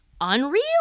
unreal